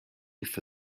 for